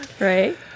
Right